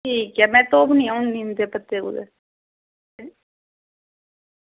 ते कोई ना में देई ओड़नी आं नीम दे पत्तर